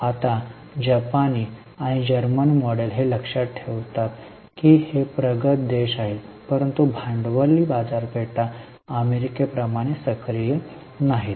आता जपानी आणि जर्मन मॉडेल हे लक्षात ठेवतात की हे प्रगत देश आहेत परंतु भांडवल बाजारपेठा अमेरिके प्रमाणे सक्रिय नाहीत